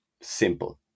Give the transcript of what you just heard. Simple